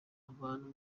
abantu